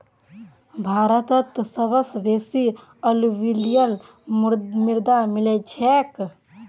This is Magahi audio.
भारतत सबस बेसी अलूवियल मृदा मिल छेक